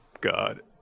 God